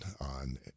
on